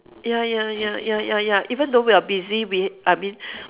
ya ya ya ya ya ya even though we're busy we I mean